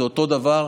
זה אותו דבר,